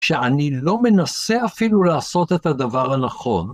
שאני לא מנסה אפילו לעשות את הדבר הנכון.